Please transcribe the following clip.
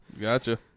Gotcha